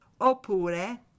Oppure